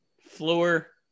Floor